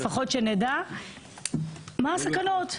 לפחות שנדע מה הסכנות.